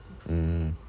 mm